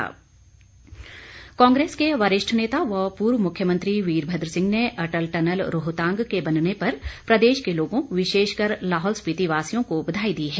वीरभद्र सिंह कांग्रेस के वरिष्ठ नेता व पूर्व मुख्यमंत्री वीरभद्र सिंह ने अटल टनल रोहतांग के बनने पर प्रदेश के लोगों विशेषकर लाहौल स्पीति वासियों को बधाई दी है